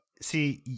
see